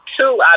Two